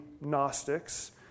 Gnostics